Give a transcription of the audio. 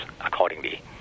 accordingly